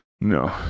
No